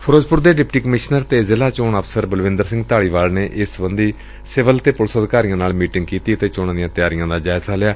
ਫਿਰੋਜ਼ਪੁਰ ਦੇ deputy commissioner ਤੇ ਜ਼ਿਲ਼ਾ ਚੋਣ ਅਫਸਰ ਬਲਵਿੰਦਰ ਸਿੰਘ ਧਾਲੀਵਾਲ ਨੇ ਇਸ ਸਬੰਧੀ ਸਿਵਲ ਅਤੇ ਪੁਲਿਸ ਅਧਿਕਾਰੀਆਂ ਨਾਲ ਮੀਂਟਿੰਗ ਕੀਤੀ ਅਤੇ ਚੋਣਾਂ ਦੀਆਂ ਤਿਆਰੀਆਂ ਦਾ ਜਾਇਜ਼ਾ ਲਿਆ